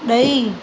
ॾई